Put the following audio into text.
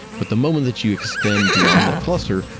but the moment that you extend beyond that cluster,